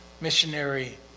missionary